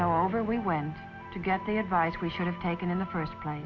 however we went to get the advice we should have taken in the first pla